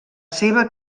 seva